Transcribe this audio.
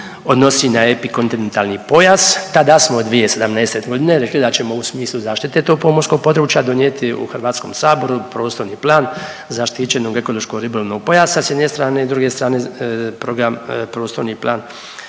odnosi na epikontinentalni pojas, tada smo 2017.g. rekli da ćemo u smislu zaštite tog pomorskog područja donijeti u HS prostorni plan zaštićenog ekološko-ribolovnog pojasa s jedne strane, a s druge strane program, prostorni plan